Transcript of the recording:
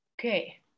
okay